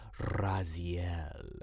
Raziel